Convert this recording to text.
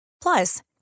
Plus